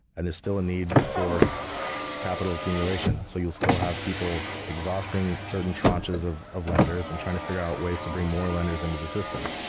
and there's still a need for capital accumulation. so, you'll still have people exhausting certain tranches of of lenders and trying to figure out ways to bring more lenders into the system.